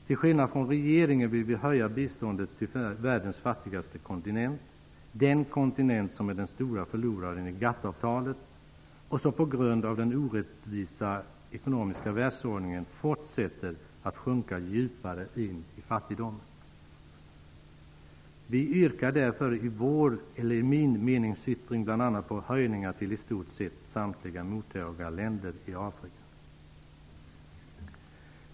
Till skillnad från regeringen vill vi höja biståndet till världens fattigaste kontinent -- den kontinent som är den stora förloraren i GATT-avtalet och som på grund av den orättvisa ekonomiska världsordningen fortsättr att sjunka djupare in i fattigdomen. Vi yrkar därför i vår -- eller min -- meningsyttring bl.a. på höjningar till i stort sett samtliga mottagarländer i Afrika.